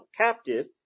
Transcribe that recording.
captive